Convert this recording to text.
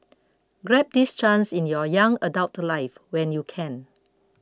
grab this chance in your young adult life when you can